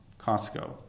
Costco